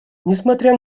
несмотря